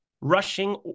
rushing